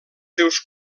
seus